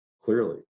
clearly